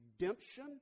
redemption